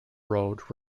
road